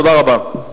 תודה רבה.